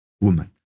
woman